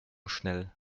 schnell